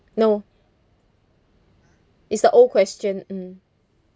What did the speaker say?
no it's the old question mm